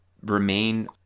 remain